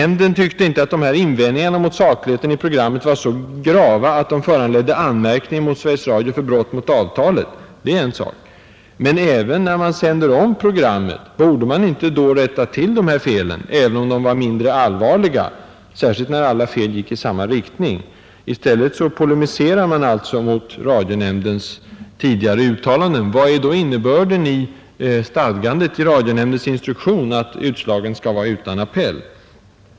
Nämnden ansåg inte att dessa anmärkningar mot sakligheten i programmet var så grava att de föranledde anmärkning mot Sveriges Radio för brott mot avtalet. Det är en sak. Men när man sänder om programmet, borde man inte då rätta till felen, även om de var mindre allvarliga, och särskilt när de alla gick i samma riktning? I stället polemiserar man mot radionämndens tidigare uttalanden. Vad är då innebörden i stadgandet i radionämndens instruktion att nämndens utslag skall vara utan appell?